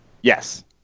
Yes